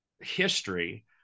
history